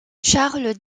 charles